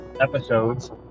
episodes